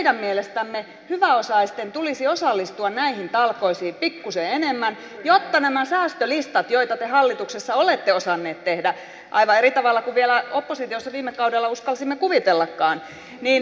meidän mielestämme hyväosaisten tulisi osallistua näihin talkoisiin pikkuisen enemmän jotta nämä säästölistat joita te hallituksessa olette osanneet tehdä aivan eri tavalla kuin vielä oppositiossa ollessanne viime kaudella uskalsimme kuvitellakaan lyhenisivät